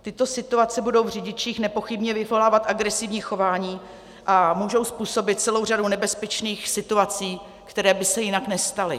Tyto situace budou v řidičích nepochybně vyvolávat agresivní chování a můžou způsobit celou řadu nebezpečných situací, které by se jinak nestaly.